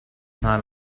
hna